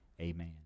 amen